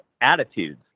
attitudes